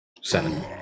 Seven